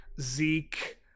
Zeke